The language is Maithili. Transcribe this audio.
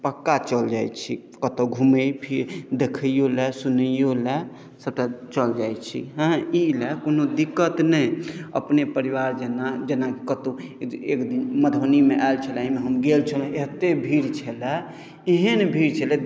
पक्का चलि जाइत छी कतहुँ घुमै देखैयो लए सुनैयो लए सबटा चलि जाइत छी हँ ई लए कओनो दिक्कत नहि अपने परिवार जेना कतहुँ दिक्कत एकदिन मधुबनीमे आयल छलाह एहिमे हम गेल छलहुँ एते भीड़ छलै एहन भीड़ छलै